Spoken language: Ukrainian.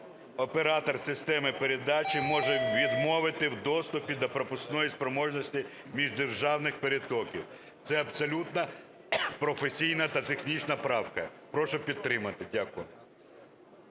оператор системи передачі може відмовити в доступі до пропускної спроможності міждержавних перетоків. Це абсолютно професійна та технічна правка. Прошу підтримати. Дякую.